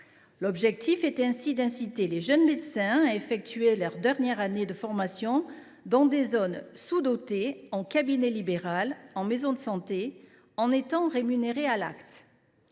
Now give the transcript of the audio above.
L’objectif était ainsi d’inciter les jeunes médecins à effectuer leur dernière année de formation dans des zones sous dotées en cabinet libéral ou en maison de santé, avec une rémunération à l’acte.